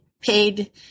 paid